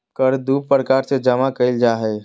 कर दू प्रकार से जमा कइल जा हइ